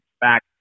back